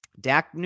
Dak